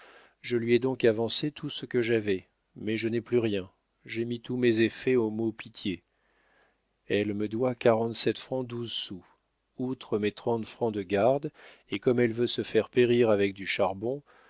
je lui ai donc avancé tout ce que j'avais mais je n'ai plus rien j'ai mis tous mes effets au mau pi é té elle me doit quarante-sept francs douze sous outre mes trente francs de garde et comme elle veut se faire périr avec du charbon